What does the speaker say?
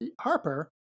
Harper